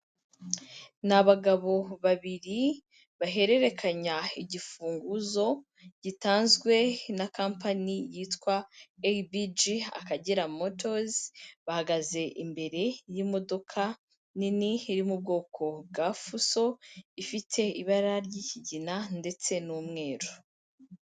Ni abagabo babiri bahererekanya igifunguzo gitanzwe na kampani yitwa ABG Akagera motozi, bahagaze imbere y'imodoka nini iri mu bwoko bwa fuso, ifite ibara ry'ikigina ndetse n'umweru.